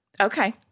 Okay